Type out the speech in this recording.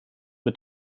mit